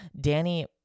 Danny